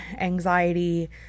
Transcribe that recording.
anxiety